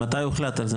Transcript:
מתי הוחלט על זה?